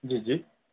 جی جی